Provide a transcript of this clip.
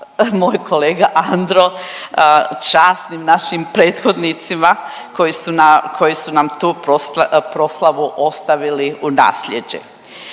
moj kolega Andro časnim našim prethodnicima koji su nam tu proslavu ostavili u naslijeđe.